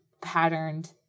patterned